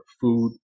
food